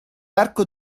arco